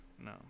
No